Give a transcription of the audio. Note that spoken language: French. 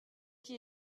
qui